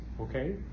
Okay